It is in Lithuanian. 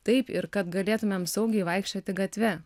taip ir kad galėtumėm saugiai vaikščioti gatve